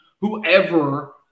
whoever